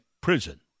prison